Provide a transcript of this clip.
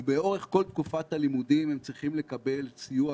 ולאורך כל תקופת הלימודים הם צריכים לקבל סיוע,